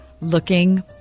Looking